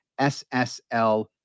SSL